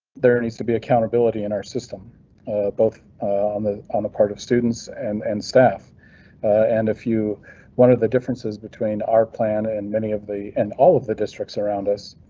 there needs to be accountability in our system both on the on the part of students and and staff and a few one of the differences between our plan and many of the and all of the districts around us.